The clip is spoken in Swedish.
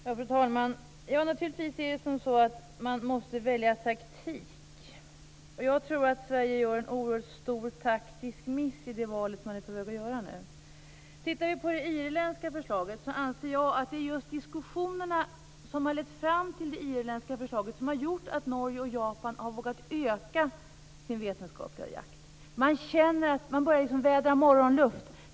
Fru talman! Naturligtvis är det så att man måste välja taktik. Jag tror att Sverige gör en oerhört stor taktisk miss i det val som man nu är på väg att göra. När det gäller det irländska förslaget anser jag att det är just de diskussioner som lett fram till det irländska förslaget som har gjort att Norge och Japan har vågat öka sin vetenskapliga jakt. Man börjar liksom vädra morgonluft.